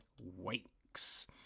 Wakes